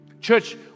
Church